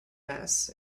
mass